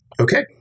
Okay